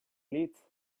lit